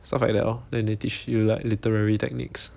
stuff like that lor then they teach you like literary techniques